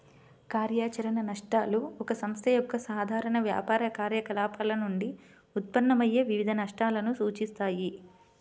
కార్యాచరణ నష్టాలు ఒక సంస్థ యొక్క సాధారణ వ్యాపార కార్యకలాపాల నుండి ఉత్పన్నమయ్యే వివిధ నష్టాలను సూచిస్తాయి